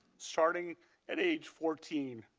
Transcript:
starting at age fourteen.